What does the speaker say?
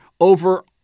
over